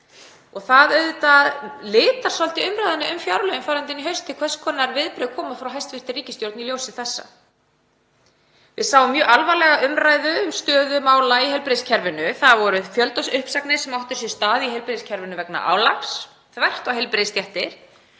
Það auðvitað litar svolítið umræðuna um fjárlögin farandi inn í haustið hvers konar viðbrögð koma frá hæstv. ríkisstjórn í ljósi þessa. Við sáum mjög alvarlega umræðu um stöðu mála í heilbrigðiskerfinu. Það voru fjöldauppsagnir sem áttu sér stað í heilbrigðiskerfinu vegna álags þvert á heilbrigðisstéttir